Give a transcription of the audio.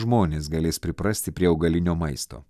žmonės galės priprasti prie augalinio maisto